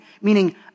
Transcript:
meaning